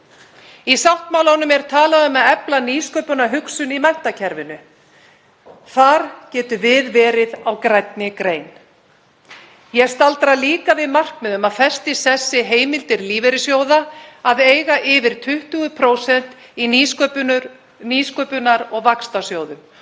Í sáttmálanum er talað um að efla nýsköpunarhugsun í menntakerfinu. Þar getum við verið á grænni grein. Ég staldra líka við markmið um að festa í sessi heimildir lífeyrissjóða til að eiga yfir 20% í nýsköpunar- og vaxtarsjóðum